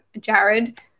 Jared